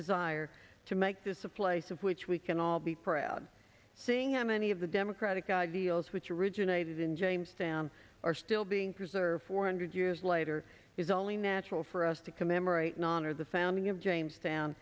desire to make this a place of which we can all be proud seeing how many of the democratic ideals which originated in jamestown are still being preserved four hundred years later is only natural for us to commemorate naan or the founding of jamestown